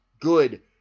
good